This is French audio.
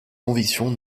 convictions